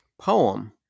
poem